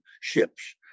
ships